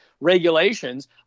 regulations